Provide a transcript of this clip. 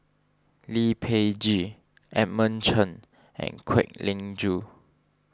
Lee Peh Gee Edmund Chen and Kwek Leng Joo